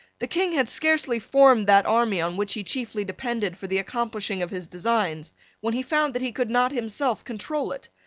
the king had scarcely formed that army on which he chiefly depended for the accomplishing of his designs when he found that he could not himself control it.